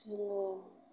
जोङो